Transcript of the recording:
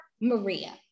Maria